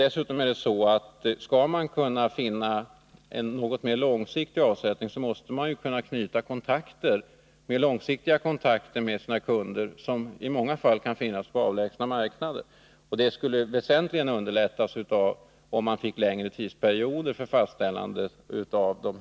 Skall företagen kunna finna avsättning på längre sikt måste de dessutom kunna knyta mer långsiktiga kontakter med sina kunder, som i många fall kan finnas på avlägsna marknader. Det skulle underlätta väsentligt om exportbidragen gällde för längre tidsperioder än nu.